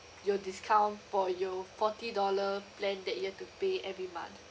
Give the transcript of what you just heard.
your discount for your forty dollar plan that you have to pay every month